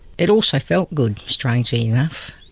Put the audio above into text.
it also felt good, strangely enough.